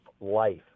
life